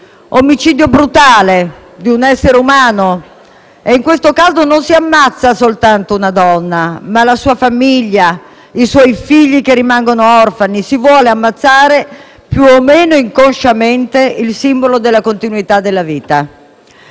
omicidio brutale di un essere umano, e in questo caso si ammazza non soltanto una donna, ma anche la sua famiglia e i suoi figli, che rimangono orfani: si vuole ammazzare, più o meno inconsciamente, il simbolo della continuità della vita.